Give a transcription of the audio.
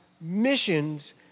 missions